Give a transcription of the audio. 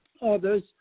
others